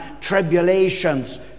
tribulations